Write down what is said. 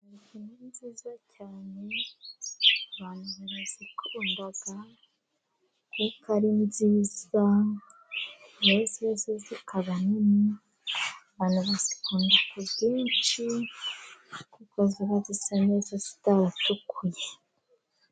Intoryi ni nziza cyane abantu barazikunda kuko ari nziza. Iyo zeze zikaba nini abantu bazikunda ku bwinshi, kuko ziba zisa neza zitaratukuye.